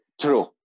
true